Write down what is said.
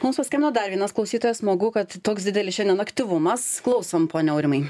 mums paskambino dar vienas klausytojas smagu kad toks didelis šiandien aktyvumas klausom pone aurimai